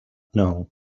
know